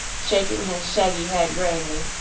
shaking his shaggy head gravely.